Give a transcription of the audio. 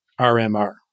RMR